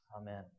Amen